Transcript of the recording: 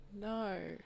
No